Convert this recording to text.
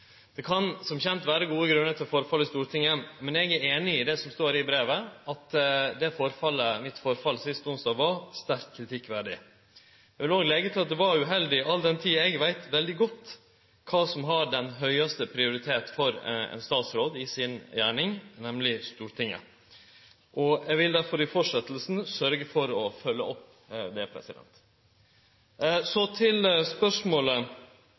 Det kan som kjent vere gode grunnar til forfall i Stortinget, men eg er einig i det som står i brevet, at det forfallet – mitt forfall – sist onsdag var sterkt kritikkverdig. Eg vil òg leggje til at det var uheldig, all den tid eg veit veldig godt kva som har høgaste prioritet for ein statsråd i hans gjerning, nemleg Stortinget. Eg vil derfor i tida som kjem, sørgje for å følgje opp det. Så til spørsmålet.